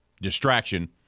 distraction